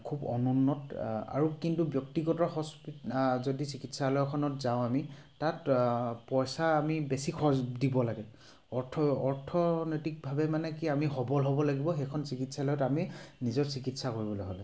খুব অনুন্নত আৰু কিন্তু ব্যক্তিগত হচ যদি চিকিৎসালয়খনত যাওঁ আমি তাত পইচা আমি বেছি খৰচ দিব লাগে অৰ্থ অৰ্থনৈতিকভাৱে মানে কি আমি সবল হ'ব লাগিব সেইখন চিকিৎসালয়ত আমি নিজৰ চিকিৎসা কৰিবলৈ হ'লে